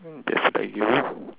that's like you